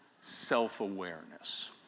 self-awareness